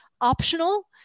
optional